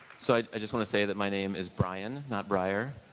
so i just want to say that my name is brian not briar.